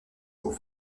aux